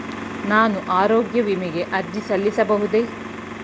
ನಾನು ಆರೋಗ್ಯ ವಿಮೆಗೆ ಅರ್ಜಿ ಸಲ್ಲಿಸಬಹುದೇ?